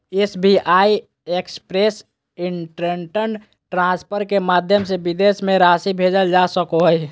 SBI express instant transfer के माध्यम से विदेश में राशि भेजल जा सको हइ